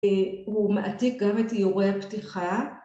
הוא מעתיק גם את תיאורי הפתיחה